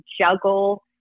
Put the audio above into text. juggle